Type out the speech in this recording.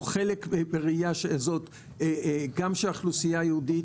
הוא חלק בראייה הזאת גם של האוכלוסייה היהודית,